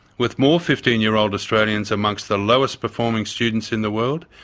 with more fifteen year old australians amongst the lowest-performing students in the world,